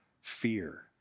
fear